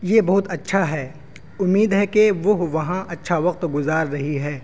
یہ بہت اچھا ہے امید ہے کہ وہ وہاں اچھا وقت گزار رہی ہے